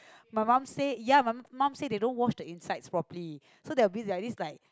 my mum said ya my mum said they don't wash the inside properly so that will be a bit like